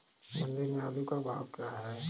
मंडी में आलू का भाव क्या है?